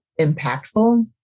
impactful